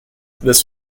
this